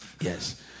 Yes